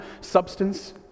substance